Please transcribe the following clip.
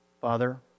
Father